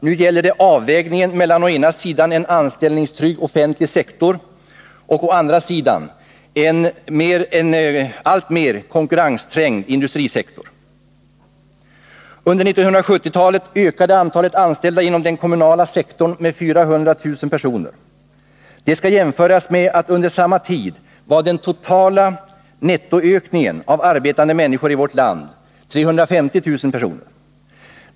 Nu gäller det avvägningen mellan å ena sidan en anställningstrygg offentlig sektor och å andra sidan en alltmer konkurrensträngd industrisektor. Under 1970-talet ökade antalet anställda inom den kommunala sektorn med 400 000 personer. Det skall jämföras med att den totala nettoökningen av arbetande människor i vårt land under samma tid var 350 000 personer.